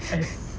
as